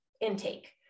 intake